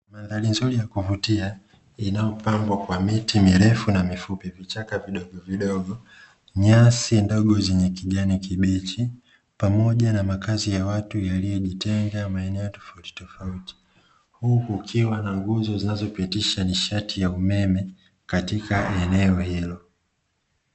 Mandhali nzuri ya kuvutia liyopambwa kwa miti mirefu na mifupi, vichaka vidogo vidogo, nyasi ndogo vyenye kijanbii kibichi pamoja na makazi a wattu yaliyojitenga maeneo tofaauti tofauti, huku kukiwa na nguzo zinazopitisha nishatii ya umeme katiak eneo hilo.